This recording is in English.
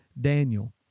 Daniel